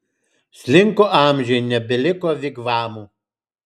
slinko amžiai nebeliko vigvamų